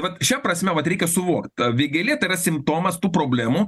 vat šia prasme vat reikia suvokt vėgėlė tai yra simptomas tų problemų